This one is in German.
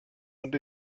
und